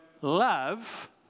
love